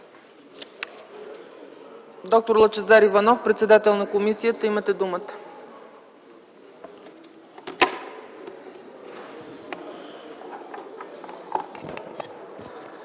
Доктор Лъчезар Иванов, председател на комисията, имате думата.